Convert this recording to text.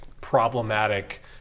problematic